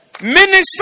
Minister